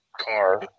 car